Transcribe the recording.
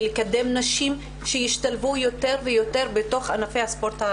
ולקדם נשים שהשתלבו יותר ויותר בתוך ענפי הספורט.